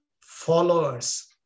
followers